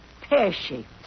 pear-shaped